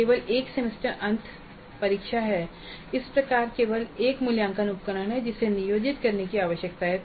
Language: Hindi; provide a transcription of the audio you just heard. केवल एक सेमेस्टर अंत परीक्षा है और इस प्रकार केवल एक मूल्यांकन उपकरण है जिसे नियोजित करने की आवश्यकता है